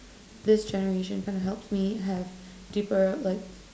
this generation kinda helps me have deeper like